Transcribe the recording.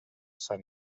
sant